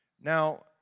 Now